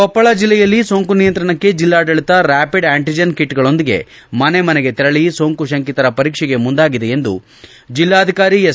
ಕೊಪ್ಪಳ ಜಲ್ಲೆಯಲ್ಲ ಸೋಂಕು ನಿಯಂತ್ರಣಕ್ಕೆ ಜಲ್ಲಾಡಳಿತ ರ್ನಾಪಿಡ್ ಆಟಿಂಜೆನ್ ಕಿಟ್ಗಳೊಂದಿಗೆ ಮನೆ ಮನೆಗೆ ತೆರಳಿ ಸೋಂಕು ಶಂಕಿತರ ಪರೀಕ್ಷೆಗೆ ಮುಂದಾಗಿದೆ ಎಂದು ಜಿಲ್ಲಾಧಿಕಾರಿ ಎಸ್